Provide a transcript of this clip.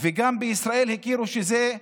וגם בישראל הכירו בזה שזו מגפה.